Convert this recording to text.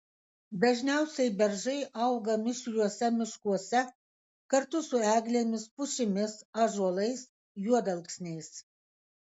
dažniausiai beržai auga mišriuose miškuose kartu su eglėmis pušimis ąžuolais juodalksniais